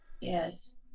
yes